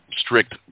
strict